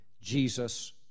Jesus